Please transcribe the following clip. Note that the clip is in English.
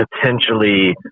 potentially